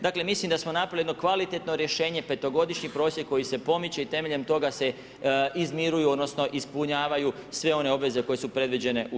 Dakle, mislim da smo napravili jedno kvalitetno rješenje, petogodišnji prosjek koji se pomiče i temeljem toga se izmiruju odnosno ispunjavaju sve one obveze koje su predviđene u Zakonu.